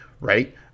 right